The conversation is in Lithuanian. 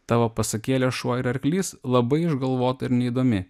tavo pasakėlė šuo ir arklys labai išgalvota ir neįdomi